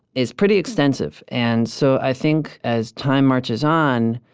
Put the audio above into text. is pretty extensive and so i think as time marches on,